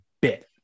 bit